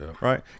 right